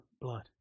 blood